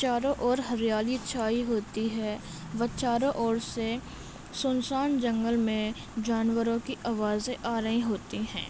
چاروں اور ہریالی چھائی ہوتی ہے و چاروں اور سے سنسان جنگل میں جانوروں کی آوازیں آ رہی ہوتی ہیں